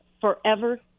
forever